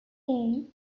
cairn